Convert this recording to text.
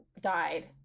died